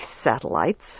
satellites